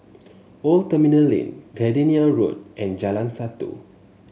Old Terminal Lane Gardenia Road and Jalan Satu